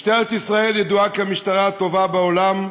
משטרת ישראל ידועה כמשטרה הטובה בעולם,